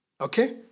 Okay